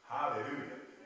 Hallelujah